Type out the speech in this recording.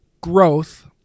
growth